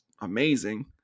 amazing